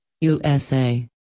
USA